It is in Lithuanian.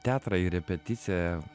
teatrą į repeticiją